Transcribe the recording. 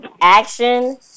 action